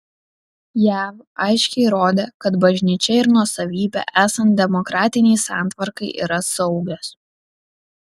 jav aiškiai rodė kad bažnyčia ir nuosavybė esant demokratinei santvarkai yra saugios